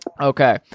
Okay